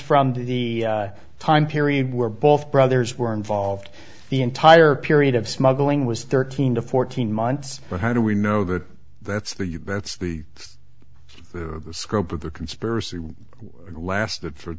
from the time period where both brothers were involved the entire period of smuggling was thirteen to fourteen months but how do we know that that's the you bets the scope of the conspiracy it lasted for